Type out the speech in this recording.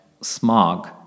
smog